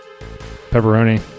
Pepperoni